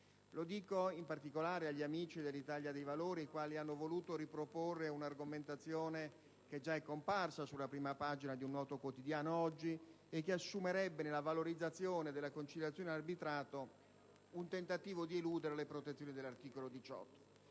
Lo dico in particolare agli amici dell'Italia dei Valori, i quali hanno voluto riproporre un'argomentazione che è già comparsa oggi sulla prima pagina di un noto quotidiano e che assumerebbe nella valorizzazione della conciliazione e dell'arbitrato un tentativo di eludere le protezioni di cui all'articolo 18.